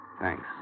Thanks